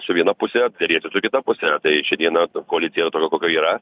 su viena pusė deriesi su kita puse tai ši diena koalicija kokia yra